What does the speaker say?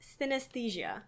synesthesia